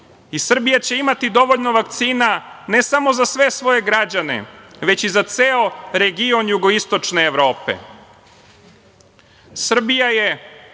i Srbija će imati dovoljno vakcina ne samo za sve svoje građane, već i za ceo region Jugoistočne Evrope. Srbija